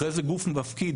אחרי זה גוף מפקיד,